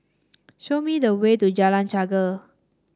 show me the way to Jalan Chegar